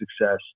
success